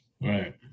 Right